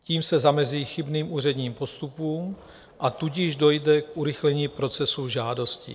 Tím se zamezí chybným úředním postupům, a tudíž dojde k urychlení procesu žádostí.